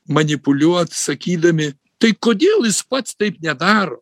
manipuliuot sakydami tai kodėl jis pats taip nedaro